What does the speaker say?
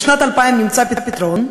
בשנת 2000 נמצא פתרון,